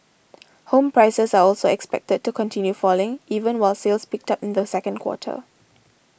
home prices are also expected to continue falling even while sales picked up in the second quarter